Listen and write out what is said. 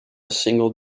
single